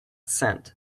cent